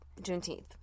Juneteenth